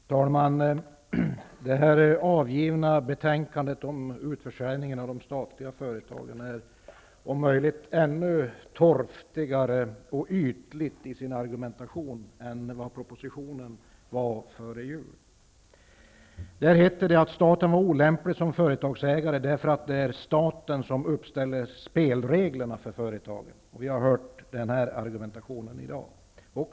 Fru talman! Det nu avgivna betänkandet om utförsäljningen av de statliga företagen är i fråga om argumentationen om möjligt ännu mer torftigt och ytligt än propositionen. I denna hette det att staten var olämplig som företagsägare, eftersom det är staten som uppställer spelreglerna för företagen. Vi har hört samma argumentation i dag.